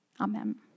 Amen